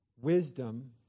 wisdom